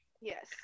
Yes